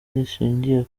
rishingiye